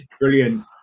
Brilliant